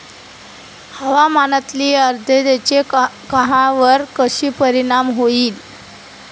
हवामानातील आर्द्रतेचा कांद्यावर कसा परिणाम होईल?